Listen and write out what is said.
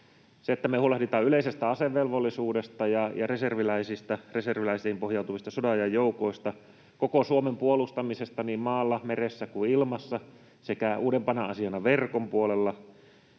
sen, että me huolehdimme yleisestä asevelvollisuudesta ja reserviläisistä, reserviläisiin pohjautuvista sodanajan joukoista, koko Suomen puolustamisesta niin maalla, merellä kuin ilmassa sekä uudempana asiana verkon puolella.